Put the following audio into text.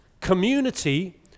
community